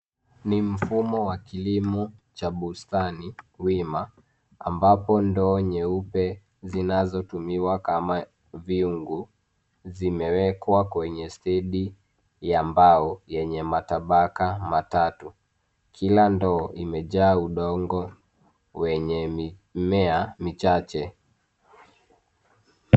Ni mfumo wa kilimo cha bustani wima ambapo ndoo nyeupe zinazotumiwa kama vyungu zimewekwa kwenye stendi ya mbao yenye matabaka matatu. Kila ndoo imejaa udongo wenye mimea michache.